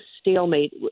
stalemate